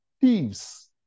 thieves